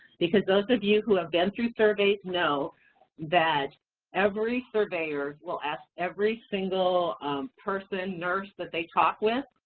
because those of you who have been through surveys know that every surveyor will ask every single person, nurse that they talk with,